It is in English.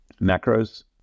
macros